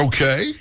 Okay